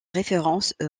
référence